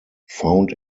found